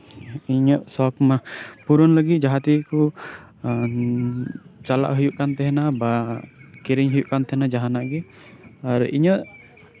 ᱤᱧᱟᱹᱜ ᱥᱚᱠᱷ ᱢᱟ ᱯᱩᱨᱚᱱ ᱞᱟᱹᱜᱤᱫ ᱡᱟᱸᱦᱟ ᱛᱮᱜᱮ ᱠᱚ ᱪᱟᱞᱟᱜ ᱦᱩᱭᱩᱜ ᱛᱟᱸᱦᱮᱱᱟ ᱵᱟ ᱠᱤᱨᱤᱧ ᱦᱩᱭᱩᱜ ᱠᱟᱱ ᱛᱟᱸᱦᱮᱱᱟ ᱡᱟᱸᱦᱟᱱᱟᱜ ᱜᱮ ᱟᱨ ᱤᱧᱟᱹᱜ